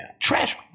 trash